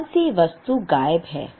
कौन सी वस्तु गायब है